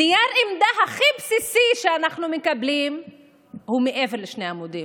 נייר עמדה הכי בסיסי שאנחנו מקבלים הוא מעבר לשני עמודים.